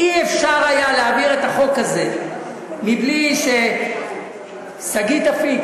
אי-אפשר היה להעביר את החוק הזה בלי שגית אפיק,